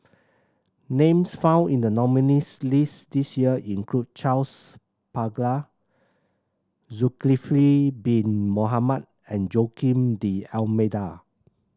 names found in the nominees' list this year include Charles Paglar Zulkifli Bin Mohamed and Joaquim D'Almeida